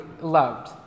loved